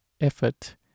effort